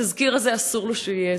התזכיר הזה, אסור לו שיהיה.